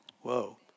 Whoa